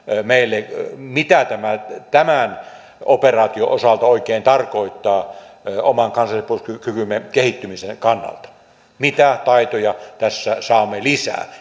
meille mitä tämä tämän operaation osalta oikein tarkoittaa oman kansallispuolustuskykymme kehittymisen kannalta mitä taitoja tässä saamme lisää